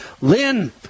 Lynn